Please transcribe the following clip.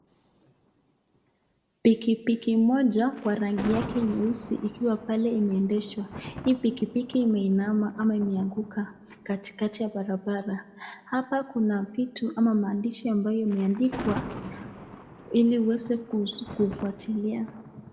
Pikipiki moja kwa rangi yake nyeusi ikiwa pale imeendeshwa. Hii pikipiki imeinama ama imeanguka katikati ya barabara. Hapa kuna vitu ama maandishi ambayo imeandikwa ili uweze kufuatilia.